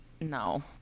no